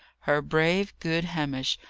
her brave, good hamish!